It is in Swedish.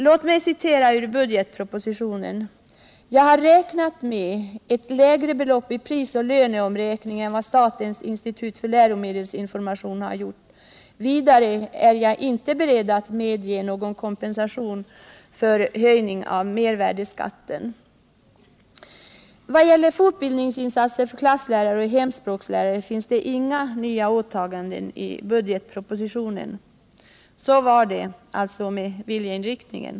Låt mig citera ur budgetpropositionen: ”Jag har räknat med ett lägre belopp i prisoch löneomräkning än vad statens institut för läromedelsinformation har gjort —-——. Vidare är jag inte beredd att medge någon kompensation för höjningen av mervärdeskatten.” Vad gäller fortbildningsinsatser för klasslärare och hemspråkslärare finns det inga nya åtaganden i budgetpropositionen. Så var det alltså med viljeinriktningen.